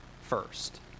first